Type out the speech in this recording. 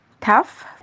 tough